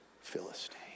Philistine